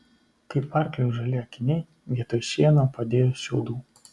kaip arkliui žali akiniai vietoj šieno padėjus šiaudų